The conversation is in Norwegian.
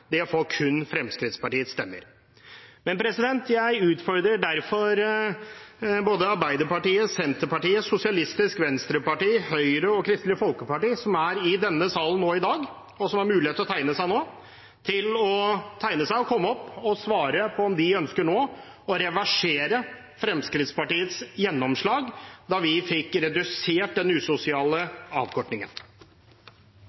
kun Fremskrittspartiets stemmer. Jeg utfordrer derfor både Arbeiderpartiet, Senterpartiet, Sosialistisk Venstreparti, Høyre og Kristelig Folkeparti, som er i salen i dag og har mulighet til å tegne seg nå, til å komme opp og svare på om de ønsker å reversere Fremskrittspartiets gjennomslag da vi fikk redusert den usosiale